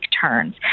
turns